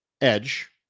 edge